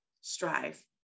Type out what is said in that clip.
strive